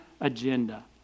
agenda